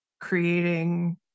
creating